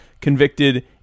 convicted